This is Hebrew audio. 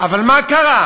אבל מה קרה?